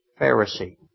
Pharisee